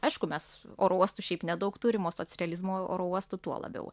aišku mes oro uostų šiaip nedaug turim o socrealizmo oro uostų tuo labiau